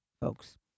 folks